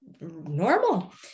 normal